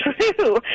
true